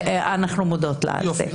ואנחנו מודות לה על זה.